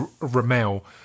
Ramel